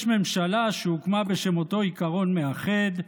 יש ממשלה שהוקמה בשם אותו עיקרון מאחד,